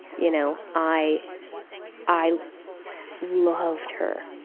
you know. i i loved her,